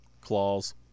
Claws